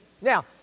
Now